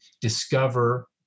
discover